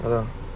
yas